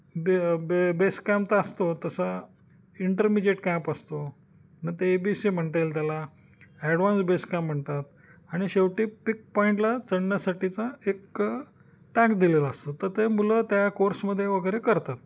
बे बे base camp तर असतो तसा इंटरमिजिएट कॅम्प असतो न ते ए बी सी म्हणता येईल त्याला ॲडवान्स बेस कॅम्प म्हणतात आणि शेवटी पिक पॉईंटला चढण्यासाठीचा एक टास्क दिलेला असतो तर ते मुलं त्या कोर्समध्ये वगैरे करतात